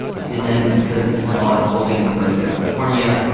and then, because this is all unfolding in southern california,